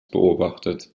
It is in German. beobachtet